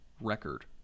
record